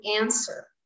answer